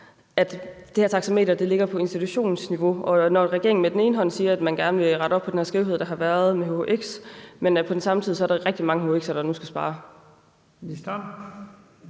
at det her taxameter ligger på institutionsniveau, når regeringen med den ene hånd siger, at man gerne vil rette op på den her skævhed, der har været med hhx, mens der på samme tid er rigtig mange hhx-uddannelser, der nu skal spare? Kl.